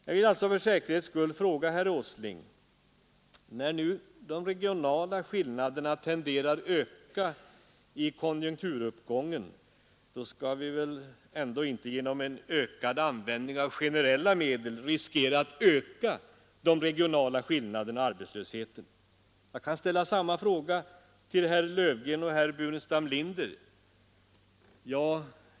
Jag vill alltså för säkerhets skull fråga herr Åsling: När nu de regionala skillnaderna tenderar öka i konjunkturuppgången, då skall vi väl ändå inte genom ökad användning av generella medel riskera att öka de regionala skillnaderna och arbetslösheten? Jag kan ställa samma fråga till herrar Löfgren och Burenstam Linder.